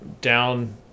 down